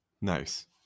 nice